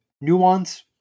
nuance